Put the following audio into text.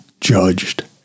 judged